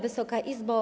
Wysoka Izbo!